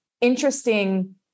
interesting